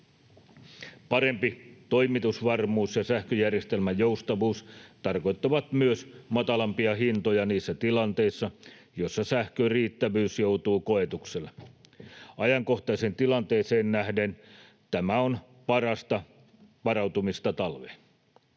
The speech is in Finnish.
Parempi toimitusvarmuus ja sähköjärjestelmän joustavuus tarkoittavat myös matalampia hintoja niissä tilanteissa, joissa sähkön riittävyys joutuu koetukselle. Ajankohtaiseen tilanteeseen nähden tämä on parasta varautumista talveen.